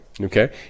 Okay